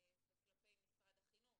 זה כלפי משרד החינוך